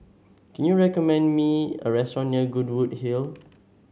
can you recommend me a restaurant near Goodwood Hill